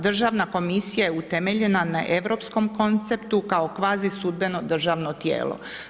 Državna komisija je utemeljena na europskom konceptu kao kvazi sudbeno državno tijelo.